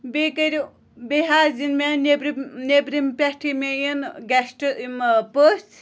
بیٚیہِ کٔرِو بیٚیہِ حظ یِن مےٚ نٮ۪برِم نٮ۪برِم پٮ۪ٹھٕے مےٚ یِنۍ گٮ۪شٹ یِم پٔژھۍ